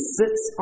sits